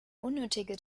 unnötige